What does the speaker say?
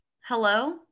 Hello